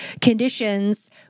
conditions